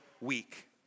week